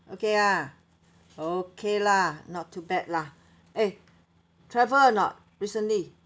okay ah okay lah not too bad lah eh travel or not recently